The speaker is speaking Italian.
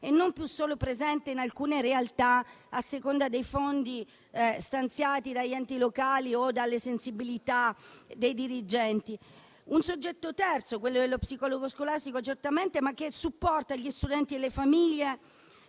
e non più solo in alcune realtà, a seconda dei fondi stanziati dagli enti locali o dalle sensibilità dei dirigenti. Un soggetto certamente terzo, quello dello psicologo scolastico, che supporta gli studenti e le famiglie,